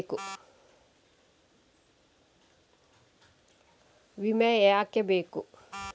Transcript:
ವಿಮೆ ಯಾಕೆ ಬೇಕು?